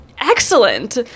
excellent